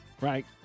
right